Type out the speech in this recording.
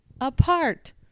Apart